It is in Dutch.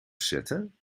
zetten